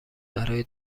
برای